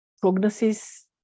prognosis